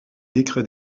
décrets